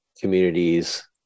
communities